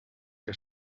que